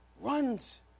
runs